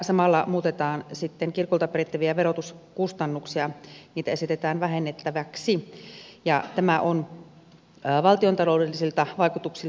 samalla muutetaan sitten kirkolta perittäviä verotuskustannuksia niitä esitetään vähennettäväksi ja tämä on valtiontaloudellisilta vaikutuksiltaan neutraali